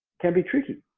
can be tricky.